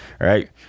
Right